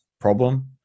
problem